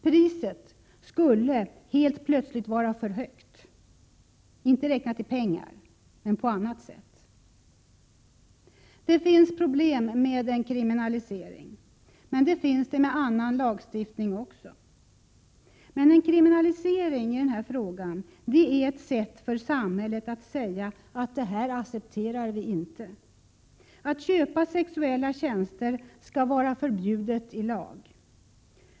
Priset skulle helt plötsligt vara för högt, inte räknat i pengar men på annat sätt. Det finns problem med en kriminalisering. Det finns det med annan lagstiftning också. Men en kriminalisering i denna fråga är ett sätt för samhället att säga: Detta accepterar vi inte. Att köpa sexuella tjänster skall vara förbjudet i lag.